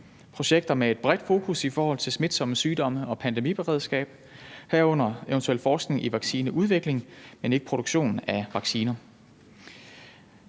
projekter med et bredt fokus i forhold til smitsomme sygdomme og pandemiberedskab, herunder eventuelt forskning i vaccineudvikling, men ikke produktion af vacciner.